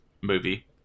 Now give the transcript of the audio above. movie